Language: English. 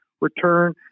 return